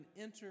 enter